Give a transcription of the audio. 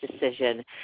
decision